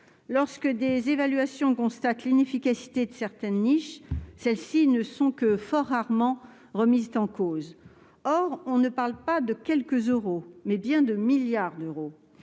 Lorsque des évaluations aboutissent à constater l'inefficacité de certaines niches, celles-ci ne sont que fort rarement remises en cause. Or il ne s'agit pas de quelques euros, mais de milliards d'euros.